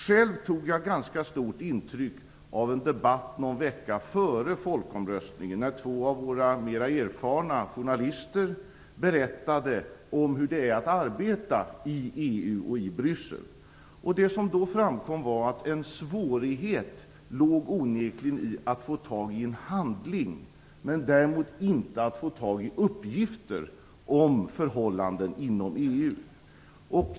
Själv tog jag ganska stort intryck av en debatt någon vecka före folkomröstningen, när två av våra mera erfarna journalister berättade om hur det är att arbeta i EU och i Bryssel. Det som då framkom var att en svårighet onekligen låg i att få tag i en handling, däremot inte i att få tag i uppgifter om förhållanden inom EU.